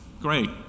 great